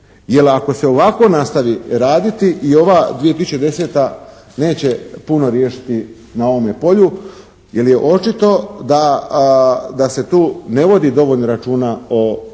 ako se ovako nastavi raditi i ova 2010. neće puno riješiti na ovome polju, jer je očito da se tu ne vodi dovoljno računa o